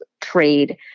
trade